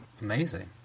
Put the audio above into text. amazing